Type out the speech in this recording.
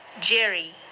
Jerry